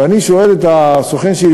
ואני שואל את הסוכן שלי,